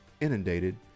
inundated